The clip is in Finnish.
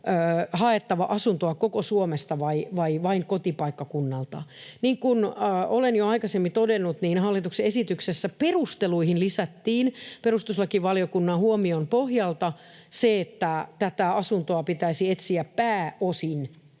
haettava asuntoa koko Suomesta vai vain kotipaikkakunnalta. Niin kuin olen jo aikaisemmin todennut, niin hallituksen esityksessä perusteluihin lisättiin perustuslakivaliokunnan huomion pohjalta se, että tätä asuntoa pitäisi etsiä pääosin